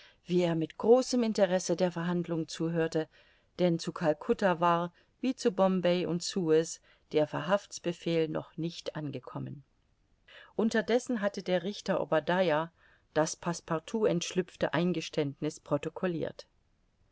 wie er mit großem interesse der verhandlung zuhörte denn zu calcutta war wie zu bombay und suez der verhaftsbefehl noch nicht angekommen unterdessen hatte der richter obadiah das passepartout entschlüpfte eingeständniß protokollirt